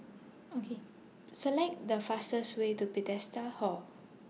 O K Select The fastest Way to Bethesda Hall